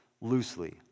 Loosely